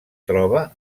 troba